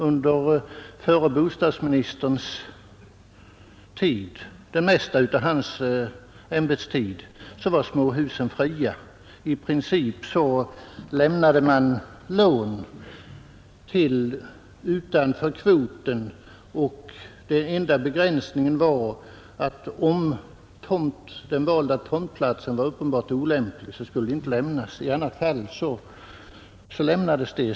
Under större delen av förre bostadsministerns ämbetstid var småhusen fria. I princip lämnade man lån utanför kvoten. Den enda begränsningen var att om den valda tomtplatsen var uppenbart olämplig, skulle det inte lämnas lån. I annat fall lämnades det.